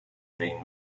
being